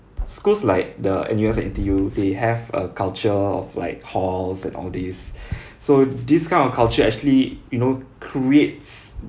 schools like the N_U_S and N_T_U they have a culture of like halls and all these so these kind of culture actually you know creates